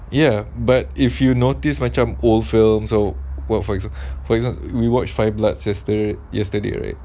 ya but if you notice macam old films or old work for example for example we watched five blood sister yesterday right